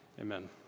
Amen